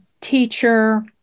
teacher